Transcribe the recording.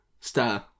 star